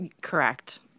Correct